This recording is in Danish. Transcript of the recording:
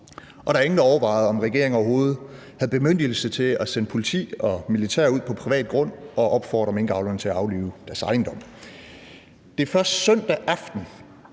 Og der var ingen, der overvejede, om regeringen overhovedet havde bemyndigelse til at sende politi og militær ud på privat grund og opfordre minkavlerne til at aflive deres ejendom. Det er først søndag aften,